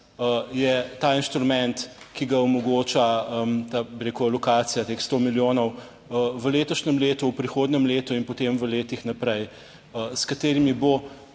je ta inštrument, ki ga omogoča ta, bi rekel, alokacija teh sto milijonov v letošnjem letu, v prihodnjem letu in potem v letih naprej, s katerimi bo